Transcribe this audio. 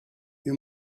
you